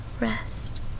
Rest